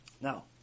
now